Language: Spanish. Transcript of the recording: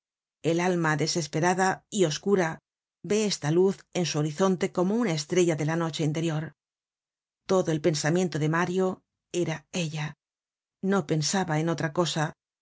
el alma desesperada y oscura ve esta luz en su horizonte como una estrella de la noche interior todo el pensamiento de mario era ella no pensaba cu otra cosa